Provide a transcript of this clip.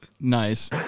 Nice